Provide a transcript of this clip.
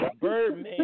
Birdman